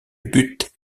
but